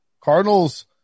Cardinals